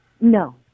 No